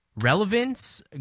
Relevance